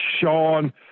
Sean